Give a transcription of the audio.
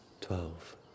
twelve